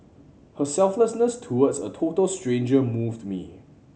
her selflessness towards a total stranger moved me